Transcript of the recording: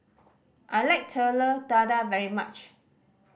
I like Telur Dadah very much